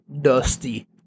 dusty